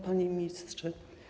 Panie Ministrze!